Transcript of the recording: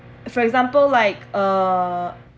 for example like uh